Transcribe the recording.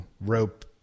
rope